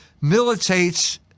militates